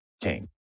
king